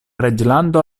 reĝlando